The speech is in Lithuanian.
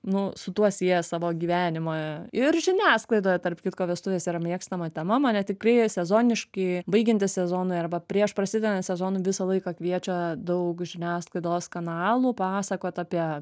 nu su tuo sieja savo gyvenimą ir žiniasklaidoje tarp kitko vestuvės yra mėgstama tema mane tikrai sezoniškai baigiantis sezonui arba prieš prasidedant sezonui visą laiką kviečia daug žiniasklaidos kanalų pasakot apie